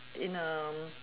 in a